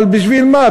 אבל בשביל מה?